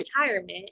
retirement